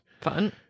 Fun